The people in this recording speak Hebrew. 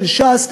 של ש"ס.